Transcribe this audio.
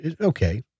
okay